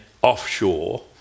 Offshore